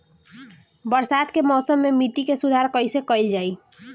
बरसात के मौसम में मिट्टी के सुधार कईसे कईल जाई?